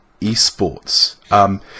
esports